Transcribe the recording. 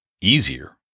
easier